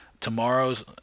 tomorrow's